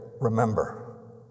remember